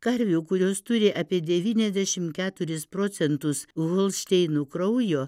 karvių kurios turi apie devyniasdešim keturis procentus holšteinų kraujo